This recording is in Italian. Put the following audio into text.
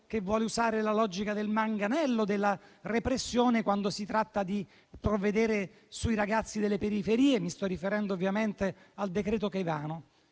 che vuole usare la logica del manganello e della repressione quando si tratta di provvedere sui ragazzi delle periferie e mi sto riferendo ovviamente al decreto-legge Caivano.